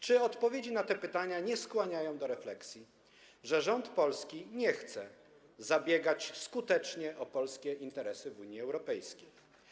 Czy odpowiedzi na te pytania nie skłaniają do refleksji, że polski rząd nie chce zabiegać skutecznie o polskie interesy w Unii Europejskiej?